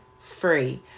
free